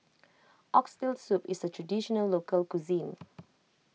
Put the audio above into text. Oxtail Soup is a Traditional Local Cuisine